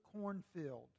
cornfield